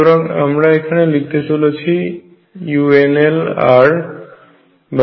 সুতরাং আমরা এখানে লিখতে চলেছি unlrrYlmθϕ